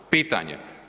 Pitanje.